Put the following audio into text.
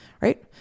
right